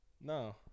No